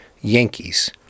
Yankees